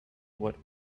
what